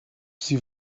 sie